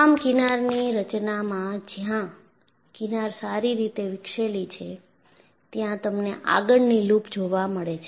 તમામ કિનારની રચનામાં જ્યાં કિનાર સારી રીતે વિકસેલી છેત્યાં તમને આગળની લૂપ જોવા મળે છે